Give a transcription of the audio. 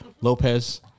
Lopez